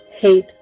Hate